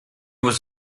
was